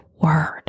word